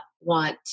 want